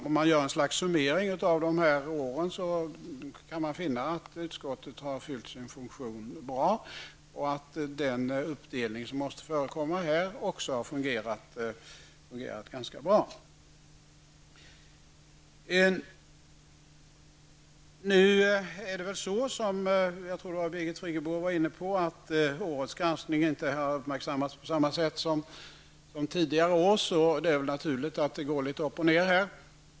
Om man gör en summering av dessa frågor finner man att utskottet har fyllt sin funktion på ett bra sätt och att den uppdelning som måste förekomma också har fungerat ganska bra. Årets granskning har inte uppmärksammats på samma sätt som tidigare års -- jag tror att Birgit Friggebo var inne på det också. Det är naturligt att det går litet upp och ned.